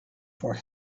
for